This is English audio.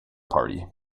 party